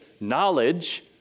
knowledge